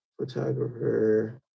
Photographer